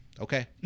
Okay